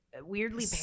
weirdly